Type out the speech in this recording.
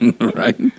Right